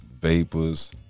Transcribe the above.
Vapors